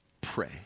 pray